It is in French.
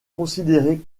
considéré